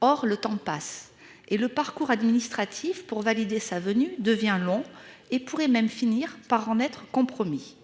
Or le temps passe et le parcours administratif pour valider sa venue devient long et pourrait même finir par en être compromis